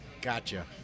Gotcha